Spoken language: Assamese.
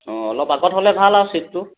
অঁ অলপ আগত হ'লে ভাল আৰু চীটটো